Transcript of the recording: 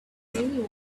anyone